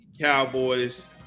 Cowboys